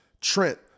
Trent